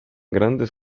grandes